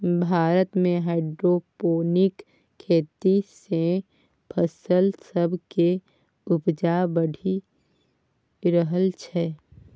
भारत मे हाइड्रोपोनिक खेती सँ फसल सब केर उपजा बढ़ि रहल छै